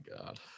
God